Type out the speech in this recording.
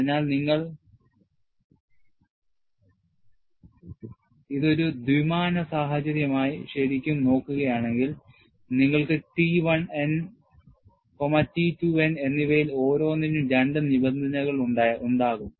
അതിനാൽ നിങ്ങൾ ഇത് ഒരു ദ്വിമാന സാഹചര്യമായി ശരിക്കും നോക്കുകയാണെങ്കിൽ നിങ്ങൾക്ക് T 1 n T 2 n എന്നിവയിൽ ഓരോന്നിനും 2 നിബന്ധനകൾ ഉണ്ടാകും